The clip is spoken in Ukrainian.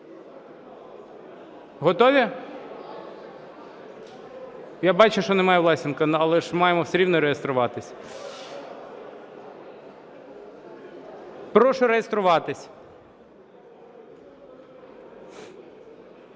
Готові? Я бачу, що немає Власенка. Але ж маємо все рівно реєструватись. Прошу реєструватись.